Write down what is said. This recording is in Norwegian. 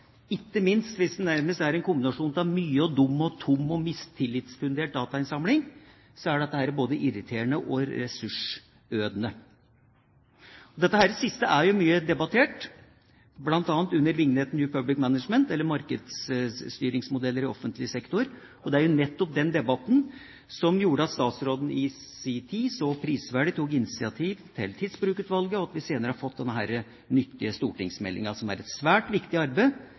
ikke minst hvis det nærmest er en kombinasjon av mye, dum, tom og mistillitsfundert datainnsamling – er både irriterende og ressursødende. Dette siste er mye debattert, bl.a. under vignetten New Public Management, eller markedsstyringsmodeller i offentlig sektor. Og det er jo nettopp den debatten som gjorde at statsråden i sin tid så prisverdig tok initiativ til Tidsbrukutvalget og senere til denne nyttige stortingsmeldingen, som er et svært viktig arbeid